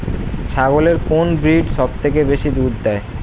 ছাগলের কোন ব্রিড সবথেকে বেশি দুধ দেয়?